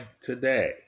today